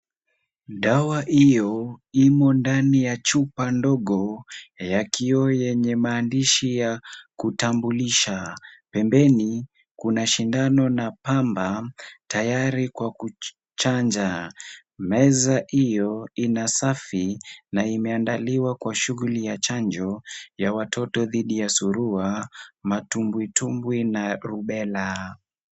Dawa hiyo imo ndani ya chupa ndogo ya kioo yenye maandishi ya kutambulisha. Pembeni kuna sindano na pamba, tayari kwa kuchanja. Meza hiyo ni safi na imeandaliwa kwa shughuli ya chanjo ya watoto dhidi ya surua, matubwitubwi na rubela.